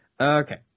Okay